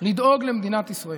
לדאוג למדינת ישראל,